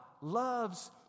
loves